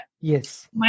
yes